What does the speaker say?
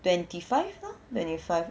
twenty five lah twenty five